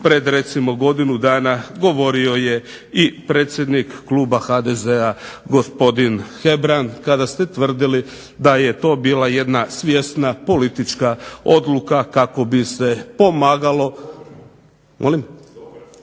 pred recimo godinu dana govorio je i predsjednik Kluba HDZ-a gospodin Hebrang kada ste tvrdili da je to bila jedna svjesna politička odluka kako bi se pomagalo,